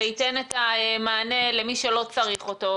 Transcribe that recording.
זה ייתן את המענה למי שלא צריך אותו,